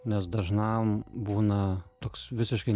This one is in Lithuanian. nes dažnam būna toks visiškai